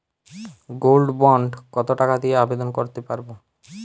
Gold bond কত টাকা দিয়ে আবেদন করতে পারবো?